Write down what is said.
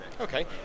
Okay